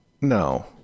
No